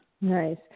nice